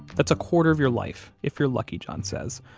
that's a quarter of your life, if you're lucky, john says.